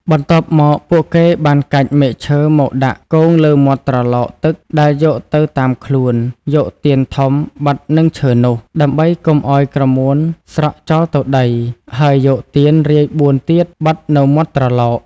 បន្ទាប់មក ពួកគេបានកាច់មែកឈើមកដាក់គងលើមាត់ត្រឡោកទឹកដែលយកទៅតាមខ្លួន យកទៀនធំបិទនឹងឈើនោះ ដើម្បីកុំឲ្យក្រមួនស្រក់ចោលទៅដី ហើយយកទៀនរាយបួនទៀតបិទនៅមាត់ត្រឡោក។